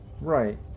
Right